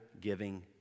giving